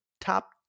top